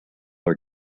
are